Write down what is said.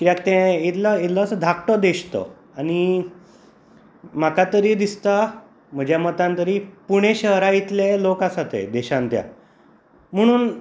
कित्याक ते इल्लो इल्लोसो धाकटो देश तो आनी म्हाका तरी दिसता म्हज्या मतान तरी पुणे शहर इतले लोक आसा थंय देशांत त्या पूण